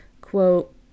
quote